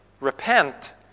Repent